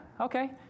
okay